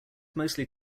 mostly